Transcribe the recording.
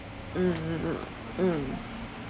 mm mm